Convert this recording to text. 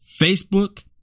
Facebook